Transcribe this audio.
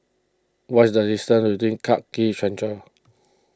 what is the distance to Clarke Quay Central